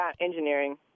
engineering